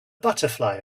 butterfly